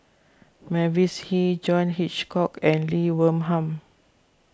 Mavis Hee John Hitchcock and Lee Wee Nam